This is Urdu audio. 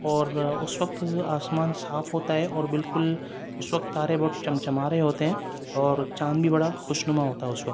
اور اس وقت آسمان صاف ہوتا ہے اور بالکل اس وقت تارے بہت چمچما رہے ہوتے ہیں اور چاند بھی بڑا خوشنما ہوتا ہے اس وقت